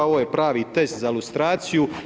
Ovo je pravi test za ilustraciju.